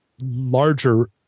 larger